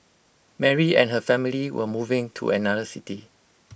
Mary and her family were moving to another city